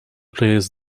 players